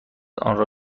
آنرا